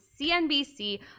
CNBC